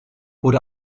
wurde